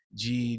de